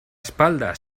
espalda